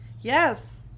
Yes